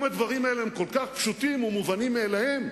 אם הדברים האלה הם כל כך פשוטים ומובנים מאליהם,